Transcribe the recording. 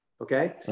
Okay